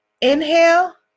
Inhale